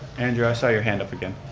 andrew, i saw your hand up again.